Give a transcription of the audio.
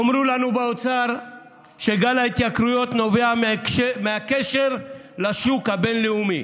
יאמרו לנו באוצר שגל ההתייקרויות נובע מהקשר לשוק הבין-לאומי,